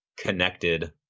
connected